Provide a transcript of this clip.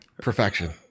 Perfection